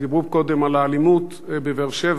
דיברו קודם על האלימות בבאר-שבע.